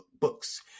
books